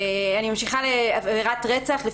אני ממשיכה לעבירת רצח: ""עבירת רצח"